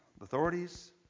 authorities